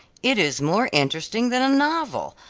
it is more interesting than a novel.